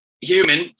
human